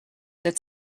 that